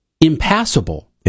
impassable